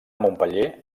montpeller